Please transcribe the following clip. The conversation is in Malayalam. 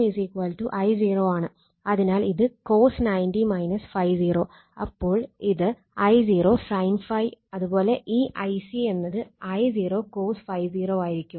അപ്പോൾ ഇത് I0 sin ∅ അത് പോലെ ഈ Ic എന്നത് I0 cos ∅0 ആയിരിക്കും